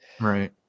Right